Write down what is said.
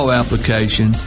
application